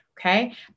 okay